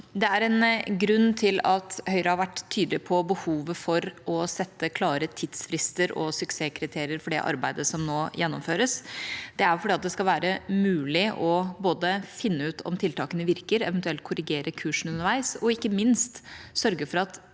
Det er en grunn til at Høyre har vært tydelig på behovet for å sette klare tidsfrister og suksesskriterier for det arbeidet som nå gjennomføres. Det er fordi det skal være mulig både å finne ut om tiltakene virker, eventuelt korrigere kursen underveis, og ikke minst sørge for at